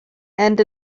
and